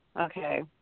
Okay